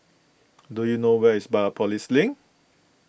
do you know where is Biopolis Link